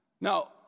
Now